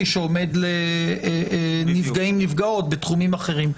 שעומד לנפגעים ולנפגעות בתחומים אחרים.